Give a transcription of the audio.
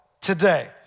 today